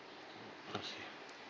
okay